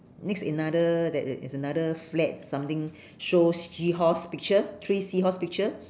next another that i~ is another flag something shows seahorse picture three seahorse picture